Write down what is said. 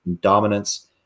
dominance